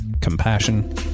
compassion